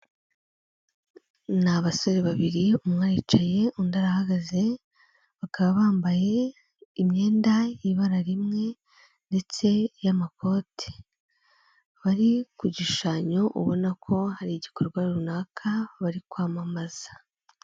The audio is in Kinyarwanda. Ni basore babiri umwe aricaye, undi arahagaze, bakaba bambaye imyenda y'ibara rimwe ndetse y'amakoti. Bari ku gishushanyo ubona ko hari igikorwa runaka bari kwamamaza.